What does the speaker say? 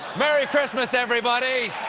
merry christmas, everybody!